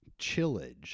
Chillage